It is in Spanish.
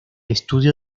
estudio